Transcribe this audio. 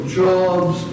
jobs